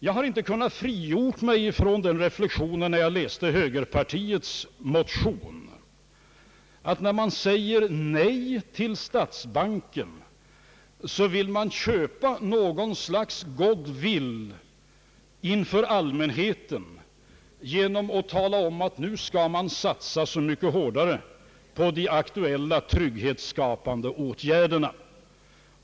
När jag läste högerpartiets motion och fann att man där sade nej till statsbanken, kunde jag inte frigöra mig från den reflexionen att man har velat köpa något slags good will inför allmänheten genom att tala om att man så mycket hårdare skulle satsa på de aktuella trygghetsskapande åtgärderna.